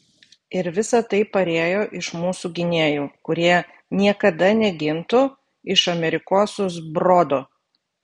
ir visa tai parėjo iš mūsų gynėjų kurie niekada negintų iš amerikosų zbrodo